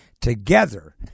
together